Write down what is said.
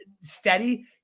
steady –